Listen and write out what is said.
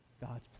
God's